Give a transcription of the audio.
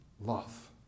love